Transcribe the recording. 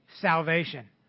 salvation